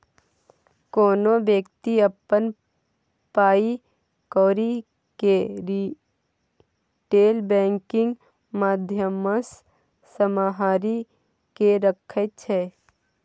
कोनो बेकती अपन पाइ कौरी केँ रिटेल बैंकिंग माध्यमसँ सम्हारि केँ राखै छै